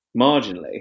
marginally